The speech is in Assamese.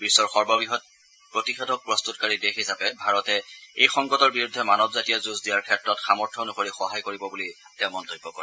বিশ্বৰ সৰ্ববৃহৎ প্ৰতিষেধক প্ৰস্তুতকাৰী দেশ হিচাপে ভাৰতে এই সংকটৰ বিৰুদ্ধে মানৱ জাতিয়ে যুঁজ দিয়াৰ ক্ষেত্ৰত সামৰ্থ অনুসৰি সহায় কৰি বলি তেওঁ মন্তব্য কৰে